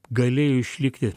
galėjo išlikti